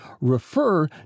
refer